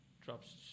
Drops